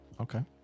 Okay